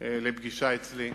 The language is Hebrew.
לפגישה אצלי,